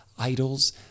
idols